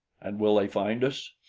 and will they find us?